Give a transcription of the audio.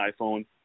iPhone